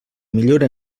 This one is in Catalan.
millora